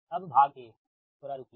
अब भाग थोड़ा रुकिए